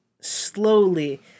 slowly